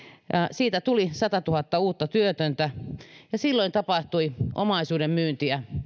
siitä tuli satatuhatta uutta työtöntä ja silloin tapahtui omaisuuden myyntiä